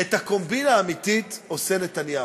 את הקומבינה האמיתית עושה נתניהו.